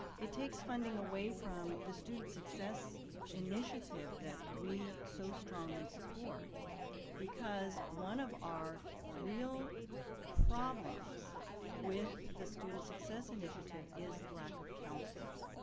it takes funding away from the students success initiative that we so strongly support because one of our real problems with the student success initiative is the lack of counselors.